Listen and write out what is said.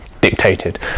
dictated